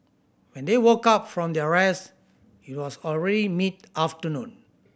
when they woke up from their rest it was already mid afternoon